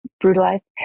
brutalized